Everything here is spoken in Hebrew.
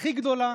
הכי גדולה